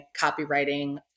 copywriting